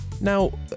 Now